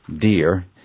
deer